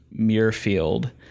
Muirfield